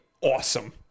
awesome